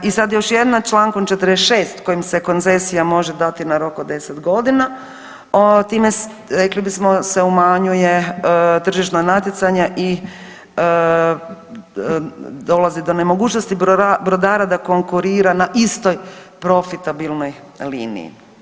I sad još jedna, čl. 46. kojim se koncesija može dati na rok od 10 godina time rekli bismo se umanjuje tržišno natjecanje i dolazi do nemogućnosti brodara da konkurira na istoj profitabilnoj liniji.